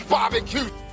Barbecue